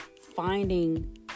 finding